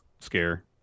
scare